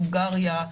הונגריה,